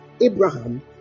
Abraham